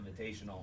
Invitational